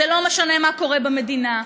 לא משנה מה קורה במדינה,